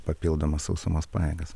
papildomas sausumos pajėgas